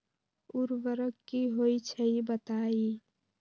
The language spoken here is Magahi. उर्वरक की होई छई बताई?